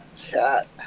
cat